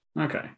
Okay